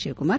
Shivakumar